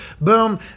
boom